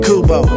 Kubo